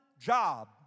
job